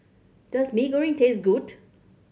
does Mee Goreng taste good